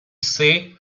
say